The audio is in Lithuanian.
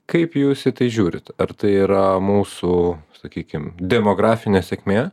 kaip jūs į tai žiūrit ar tai yra mūsų sakykim demografinė sėkmė